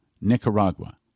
Nicaragua